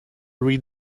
read